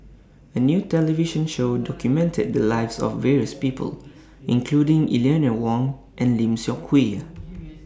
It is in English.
A New television Show documented The Lives of various People including Eleanor Wong and Lim Seok Hui